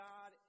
God